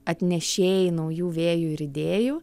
atnešėjai naujų vėjų ir idėjų